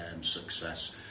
success